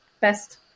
best